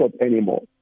anymore